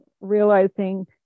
realizing